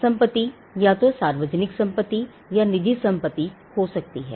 संपत्ति या तो सार्वजनिक संपत्ति या निजी संपत्ति हो सकती है